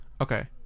Okay